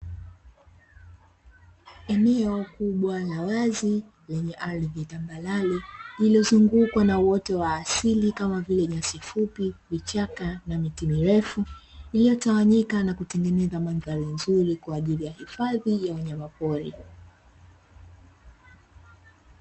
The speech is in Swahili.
Eneo kubwa la wazi lenye ardhi tambarare, lililozungukwa na uoto wa asili kama vile nyasi fupi, vichaka na miti mirefu, iliyotawanyika na kutengeneza mandhari nzuri kwa ajili ya hifadhi ya wanyama pori.